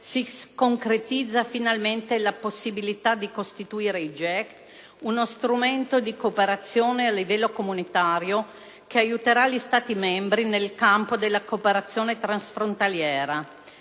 si concretizza finalmente la possibilità di costituire i GECT, uno strumento di cooperazione a livello comunitario, che aiuterà gli Stati membri nel campo della cooperazione transfrontaliera.